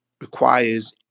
requires